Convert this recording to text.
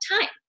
time